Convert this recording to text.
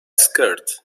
skirt